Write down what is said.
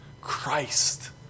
Christ